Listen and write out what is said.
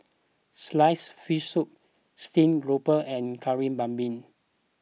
Sliced Fish Soup Steamed Garoupa and Kari Babi